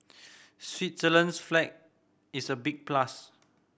Switzerland's flag is a big plus